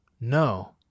No